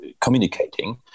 communicating